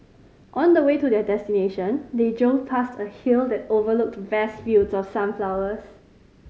on the way to their destination they drove past a hill that overlooked vast fields of sunflowers